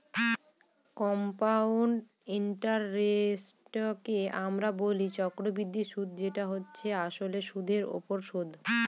compound ইন্টারেস্টকে আমরা বলি চক্রবৃদ্ধি সুদ যেটা হচ্ছে আসলে সুধের ওপর সুদ